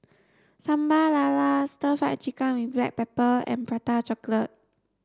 sambal lala stir fried chicken with black pepper and prata chocolate